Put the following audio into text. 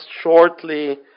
shortly